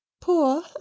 Poor